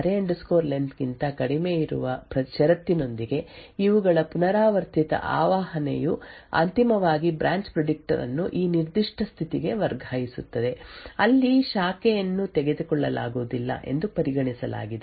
ಹಾಗಾಗಿ branch predictor ಏನು ಮಾಡಬಹುದೆಂದು ನಾವು ಪರಿಗಣಿಸಿದರೆ ಹೇಳಿಕೆಗಳು ಮತ್ತು x array len array len ಗಿಂತ ಕಡಿಮೆಯಿರುವ ಷರತ್ತಿನೊಂದಿಗೆ ಇವುಗಳ ಪುನರಾವರ್ತಿತ ಆವಾಹನೆಯು ಅಂತಿಮವಾಗಿ ಬ್ರಾಂಚ್ ಪ್ರಿಡಿಕ್ಟರ್ ಅನ್ನು ಈ ನಿರ್ದಿಷ್ಟ ಸ್ಥಿತಿಗೆ ವರ್ಗಾಯಿಸುತ್ತದೆ ಅಲ್ಲಿ ಶಾಖೆಯನ್ನು ತೆಗೆದುಕೊಳ್ಳಲಾಗುವುದಿಲ್ಲ ಎಂದು ಪರಿಗಣಿಸಲಾಗಿದೆ